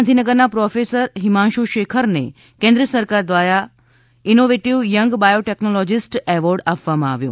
ગાંધીનગરના પ્રોફેસર હિમાંશુ શેખરને કેન્દ્ર સરકાર દ્વારા ઇનોવેટીવ યંગ બાયોટેકનોલોજીસ્ટ એવોર્ડ આપવામાં આવ્યો